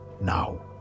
now